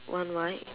one white